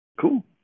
Cool